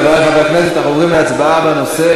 חברי חברי הכנסת, אנחנו עוברים להצבעה בנושא.